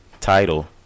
Title